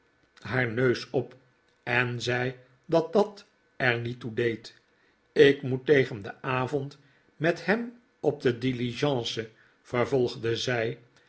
haar neus op en zei dat dat er niet toe deed ik moet tegen den avond met hem op de diligence vervolgde zij